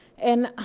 and